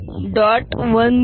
1012 10